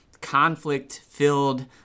conflict-filled